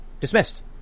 dismissed